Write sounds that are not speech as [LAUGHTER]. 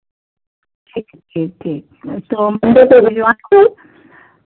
ठीक है ठीक ठीक तो मंडे को भिजवा [UNINTELLIGIBLE]